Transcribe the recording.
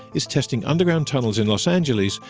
is testing underground tunnels in los angeles,